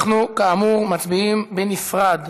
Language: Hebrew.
אנחנו, כאמור, מצביעים בנפרד,